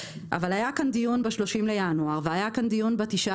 אבל היה כאן דיון ב-30 בינואר והיה כאן דיון ב-19